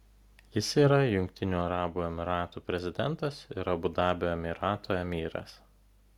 jis yra jungtinių arabų emyratų prezidentas ir abu dabio emyrato emyras